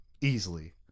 Easily